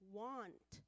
want